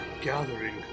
Gathering